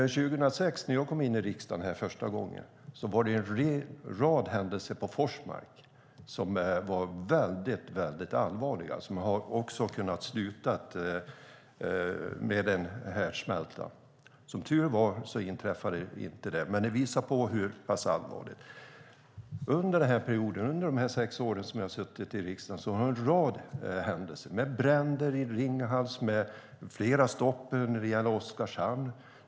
År 2006 när jag kom in i riksdagen första gången var det en rad händelser på Forsmark som var väldigt allvarliga och hade kunnat sluta med en härdsmälta. Som tur var inträffade inte detta, men det visar på hur pass allvarligt det var. Under de sex år jag har suttit i riksdagen har det varit en rad händelser, till exempel bränder i Ringhals och flera stopp när det gäller Oskarshamn.